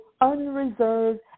unreserved